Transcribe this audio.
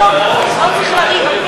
בלי התורה לא נישאר כאן.